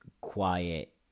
quiet